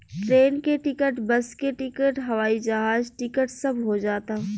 train के ticket, bus के ticket, हवाई जहाज टिकट सब हो जाता